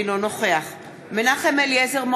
אינו נוכח מנחם אליעזר מוזס,